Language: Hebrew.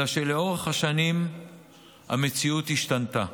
אלא שלאורך השנים המציאות השתנתה.